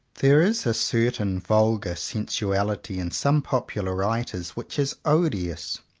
there is a certain vulgar sensuality in some popular writers which is odious.